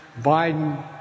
Biden